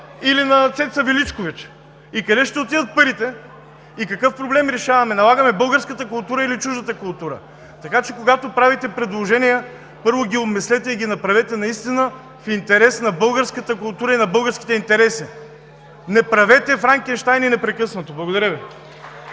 или на Цеца Величкович?! И къде ще отидат парите? И какъв проблем решаваме – налагаме българската култура или чуждата култура?! Така че, когато правите предложения, първо, ги обмислете и ги направете наистина в интерес на българската култура и на българските интереси. Не правете франкенщайни непрекъснато! Благодаря Ви.